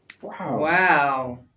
wow